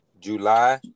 july